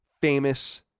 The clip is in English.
famous